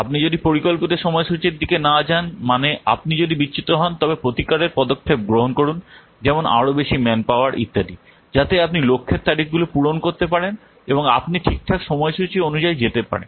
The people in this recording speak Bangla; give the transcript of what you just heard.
আপনি যদি পরিকল্পিত সময়সূচির দিকে না যান মানে আপনি যদি বিচ্যুত হন তবে প্রতিকারের পদক্ষেপ গ্রহণ করুন যেমন আরো বেশি ম্যান পাওয়ার ইত্যাদি যাতে আপনি লক্ষ্যের তারিখগুলি পূরণ করতে পারেন এবং আপনি ঠিকঠাক সময়সূচি অনুযায়ী যেতে পারেন